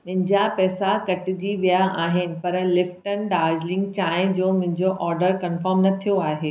मुंहिंजा पैसा कटिजी विया अहिनि पर लिप्टन दार्जीलिंग चांहि जो मुंहिंजो ऑर्डर कंफर्म न थियो आहे